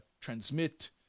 transmit